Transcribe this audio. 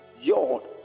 yod